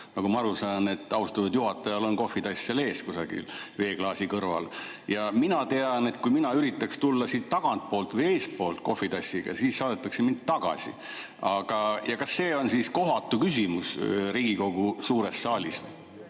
Nagu ma aru saan, siis austatud juhatajal on kohvitass seal ees kusagil, veeklaasi kõrval. Ja mina tean, et kui mina üritaks tulla siit tagantpoolt või eestpoolt kohvitassiga, siis saadetaks mind tagasi. Kas see on siis kohatu küsimus Riigikogu suures saalis?